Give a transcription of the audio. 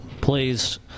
please